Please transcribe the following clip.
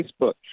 Facebook